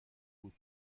بود